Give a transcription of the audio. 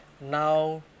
Now